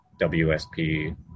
WSP